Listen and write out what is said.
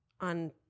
on